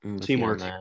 Teamwork